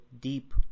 deep